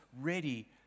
ready